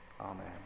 Amen